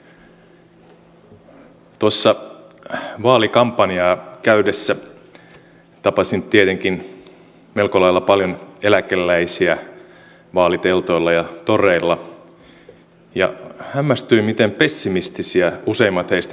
tuossa vaalikampanjaa käydessä tapasin tietenkin melko lailla paljon eläkeläisiä vaaliteltoilla ja toreilla ja hämmästyin miten pessimistisiä useimmat heistä olivat